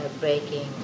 breaking